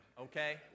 okay